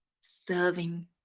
serving